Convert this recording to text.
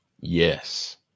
Yes